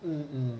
mm